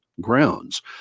grounds